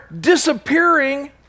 disappearing